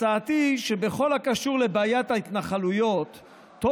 הצעתי שבכל הקשור לבעיית ההתנחלויות טוב